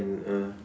uh